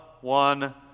one